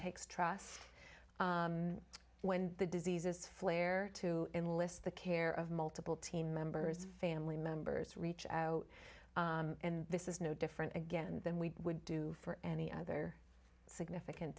takes trust when the disease is flare to enlist the care of multiple team members family members reach out and this is no different again and then we would do for any other significant